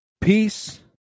peace